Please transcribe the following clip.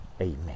Amen